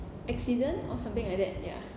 accident or something like that ya